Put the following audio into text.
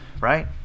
right